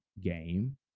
game